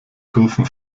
kurven